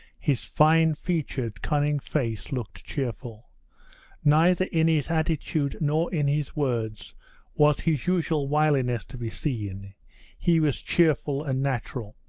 his fine-featured cunning face looked cheerful neither in his attitude nor in his words was his usual wiliness to be seen he was cheerful and natural.